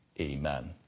Amen